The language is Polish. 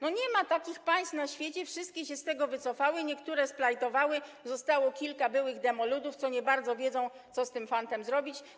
Nie ma takich państw na świecie, wszystkie się z tego wycofały, niektóre splajtowały, zostało kilka byłych demoludów, które nie za bardzo wiedzą, co z tym fantem zrobić.